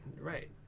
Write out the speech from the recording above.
right